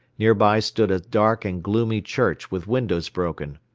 nearby stood a dark and gloomy church with windows broken,